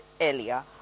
earlier